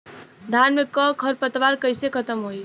धान में क खर पतवार कईसे खत्म होई?